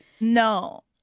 no